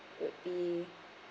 would be